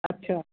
अच्छा